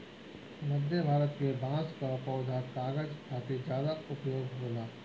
मध्य भारत के बांस कअ पौधा कागज खातिर ज्यादा उपयोग होला